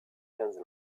quinze